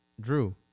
Drew